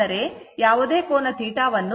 ಅಂದರೆ ಯಾವುದೇ ಕೋನ θ ವನ್ನು e jθ ಎಂದು ಬರೆಯಬಹುದು